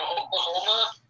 Oklahoma